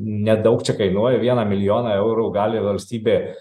nedaug čia kainuoja vieną milijoną eurų gali valstybė